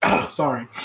sorry